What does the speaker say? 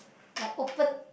like open